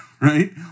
right